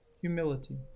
humility